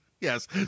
Yes